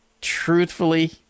truthfully